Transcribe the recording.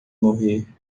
morrer